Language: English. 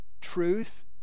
truth